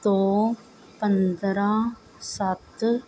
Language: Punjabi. ਤੋਂ ਪੰਦਰ੍ਹਾਂ ਸੱਤ